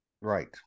right